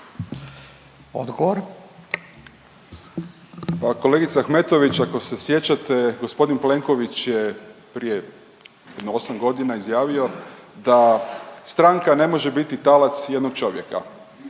(SDP)** Kolegice Ahmetović ako se sjećate g. Plenković je prije osam godina izjavio da stranka ne može biti talac jednog čovjeka